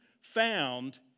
found